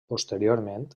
posteriorment